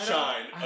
Shine